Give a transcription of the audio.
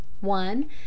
one